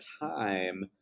time